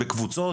בקבוצות,